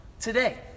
today